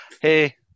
Hey